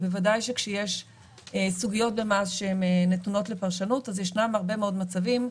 ובוודאי שכשיש סוגיות במס שהן נתונות לפרשנות אז ישנם הרבה מאוד מצבים,